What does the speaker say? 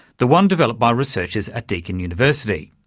the one developed by researchers at deakin university.